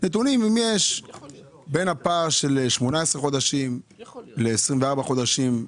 הפער שבין 24 החודשים ל-18 החודשים: